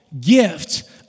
gift